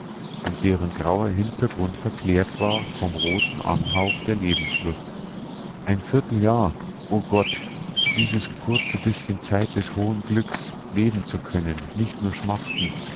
und deren grauer hintergrund verklärt war vom roten anhauch der lebenslust ein vierteljahr o gott dieses kurze bißchen zeit des hohen glückes leben zu können nur nicht schmachten